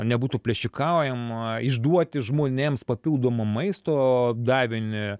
nebūtų plėšikaujama išduoti žmonėms papildomo maisto davinį